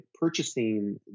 purchasing